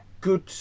good